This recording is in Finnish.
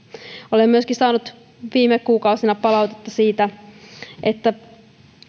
olen saanut viime kuukausina palautetta myöskin siitä miten